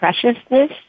preciousness